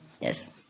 Yes